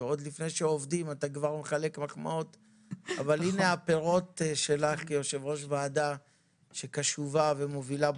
עכשיו אנחנו רואים את הפירות של עבודת ועדה קשובה ומובילה.